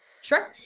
Sure